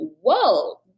whoa